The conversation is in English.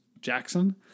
Jackson